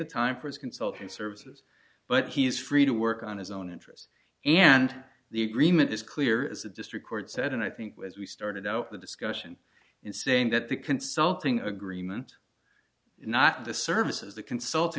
the time for his consulting services but he is free to work on his own interests and the agreement is clear as a district court said and i think as we started out the discussion in saying that the consulting agreement not the services the consult